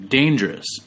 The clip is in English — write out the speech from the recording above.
dangerous